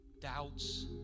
doubts